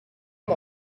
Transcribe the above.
amb